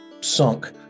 sunk